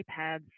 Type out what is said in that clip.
iPads